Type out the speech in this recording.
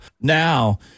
Now